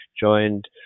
joined